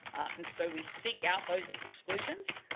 and so we seek out those exclusions,